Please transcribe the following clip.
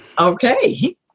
Okay